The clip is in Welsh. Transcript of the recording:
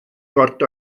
got